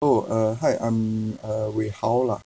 oh uh hi I'm uh wei hao lah